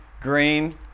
green